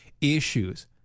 issues